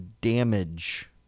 damage